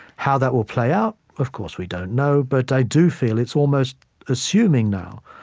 how that will play out, of course, we don't know, but i do feel it's almost assuming, now,